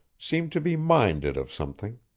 seemed to be minded of something.